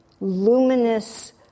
luminous